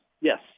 Yes